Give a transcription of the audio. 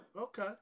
Okay